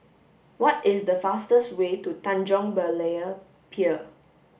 what is the fastest way to Tanjong Berlayer Pier